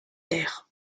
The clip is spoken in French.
leyre